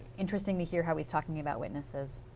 interesting to hear how he is talking about witnesses.